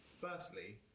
firstly